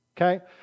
Okay